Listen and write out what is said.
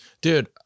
Dude